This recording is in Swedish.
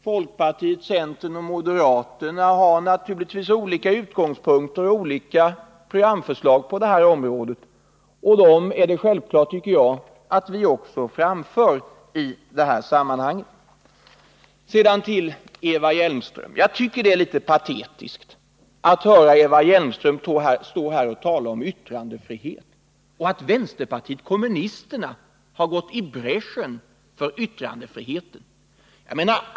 Folkpartiet, centern och moderaterna har naturligtvis olika utgångspunkter och olika programförslag på det här området, och då är det självklart, tycker jag, att vi också framför dem här. Sedan till Eva Hjelmström. Jag tycker att det är litet patetiskt att höra Eva Hjelmström stå här och tala om yttrandefrihet och om att vänsterpartiet kommunisterna har gått i bräschen för yttrandefriheten.